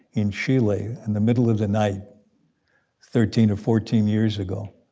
in chile, in the middle of the night thirteen or fourteen years ago,